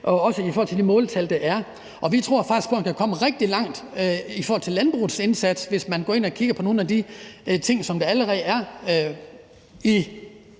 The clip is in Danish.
også i forhold til de måltal, der er. Og vi tror faktisk på, at man kan komme rigtig langt i forhold til landbrugets indsats, hvis man går ind og kigger på nogle af de ting, som der allerede er i